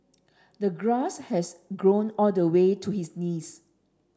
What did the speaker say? the grass had grown all the way to his knees